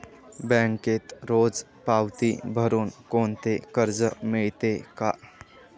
बँकेत रोज पावती भरुन कोणते कर्ज मिळते का?